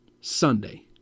Sunday